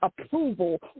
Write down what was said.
approval